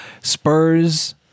Spurs